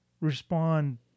respond